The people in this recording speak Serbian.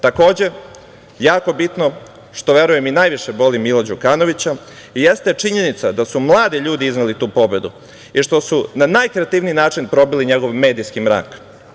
Takođe, jako bitno, što verujem i najviše boli Mila Đukanovića, jeste činjenica da su mladi ljudi izneli tu pobedu i što su na najkreativniji način probili njegov medijski mrak.